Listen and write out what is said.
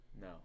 No